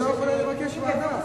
אבל היא לא יכולה לבקש ועדה.